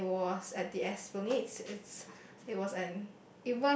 it was at the Esplanades it's it was an